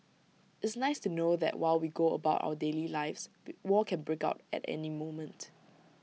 it's nice to know that while we go about our daily lives war can break out at any moment